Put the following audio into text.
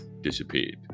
disappeared